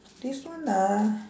this one ah